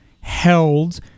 held